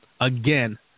again